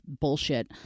bullshit